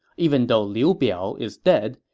even though liu biao is dead,